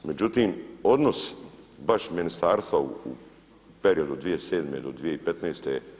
Međutim, odnos baš ministarstva u periodu 2007. do 2015.